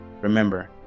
Remember